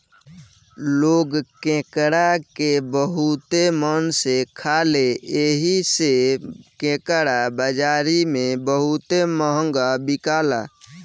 लोग केकड़ा के बहुते मन से खाले एही से केकड़ा बाजारी में बहुते महंगा बिकाला